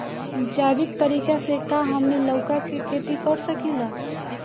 जैविक तरीका से का हमनी लउका के खेती कर सकीला?